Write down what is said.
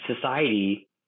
society